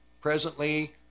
presently